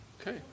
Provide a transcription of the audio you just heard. Okay